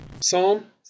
Psalm